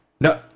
No